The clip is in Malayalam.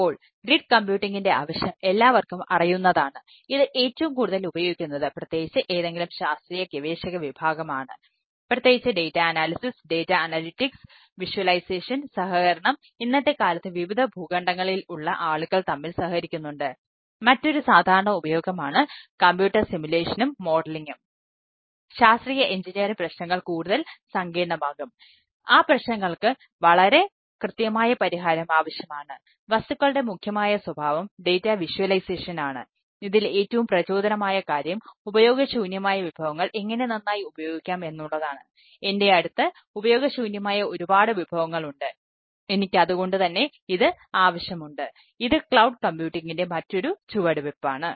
അപ്പോൾ ഗ്രിഡ് കമ്പ്യൂട്ടിംഗിൻറെ മറ്റൊരു ചുവടുവെപ്പാണ്